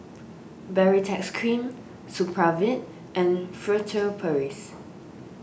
Baritex Cream Supravit and Furtere Paris